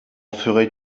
ferais